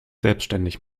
selbstständig